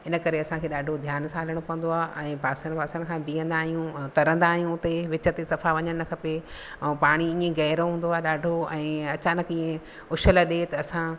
हिन करे असांखे ॾाढो ध्यान सां हलणो पवंदो आहे ऐं पासल वासल खां बीहंदा आहियूं तरंदा आहियूं हुते विच ते सफ़ा वञनि न खपे ऐं पाणी ईअं गहरो हूंदो आहे ॾाढो ऐं अचानक हीअं हुशल ॾे त असां